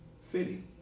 city